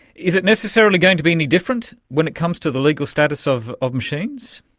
is it necessarily going to be any different when it comes to the legal status of of machines?